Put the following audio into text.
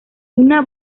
una